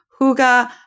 Huga